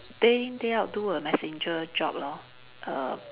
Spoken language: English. day in day out do a messenger job lor err